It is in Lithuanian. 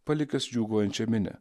palikęs džiūgaujančią minią